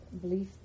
belief